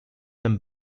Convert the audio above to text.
him